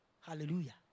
Hallelujah